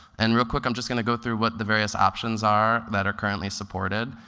and real quick, i'm just going to go through what the various options are that are currently supported.